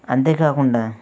అంతేకాకుండా